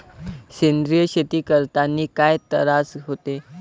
सेंद्रिय शेती करतांनी काय तरास होते?